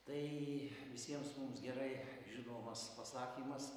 tai visiems mums gerai žinomas pasakymas